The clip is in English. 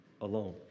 alone